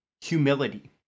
humility